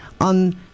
on